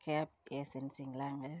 gap ஏஜென்ஸிங்களாங்க